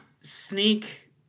sneak